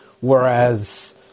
whereas